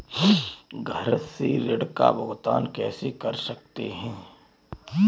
घर से ऋण का भुगतान कैसे कर सकते हैं?